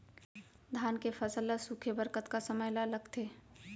धान के फसल ल सूखे बर कतका समय ल लगथे?